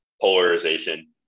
polarization